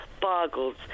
boggles